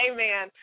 Amen